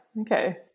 Okay